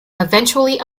eventually